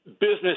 business